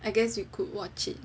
I guess we could watch it